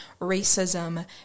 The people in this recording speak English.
racism